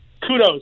Kudos